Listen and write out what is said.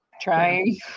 trying